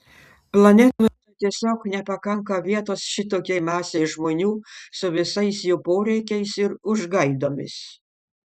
planetoje tiesiog nepakanka vietos šitokiai masei žmonių su visais jų poreikiais ir užgaidomis